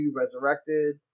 resurrected